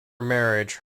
marriage